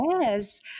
Yes